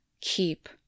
keep